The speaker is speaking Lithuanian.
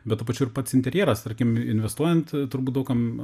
bet tuo pačiu ir pats interjeras tarkim investuojant turbūt daug kam